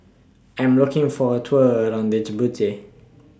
I Am looking For A Tour around Djibouti